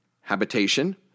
habitation